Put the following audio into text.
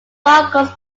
falcons